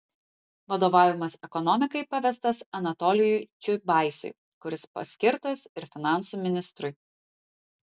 vadovavimas ekonomikai pavestas anatolijui čiubaisui kuris paskirtas ir finansų ministrui